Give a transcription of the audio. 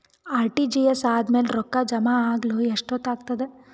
RTGS ಆದ್ಮೇಲೆ ರೊಕ್ಕ ಜಮಾ ಆಗಲು ಎಷ್ಟೊತ್ ಆಗತದ?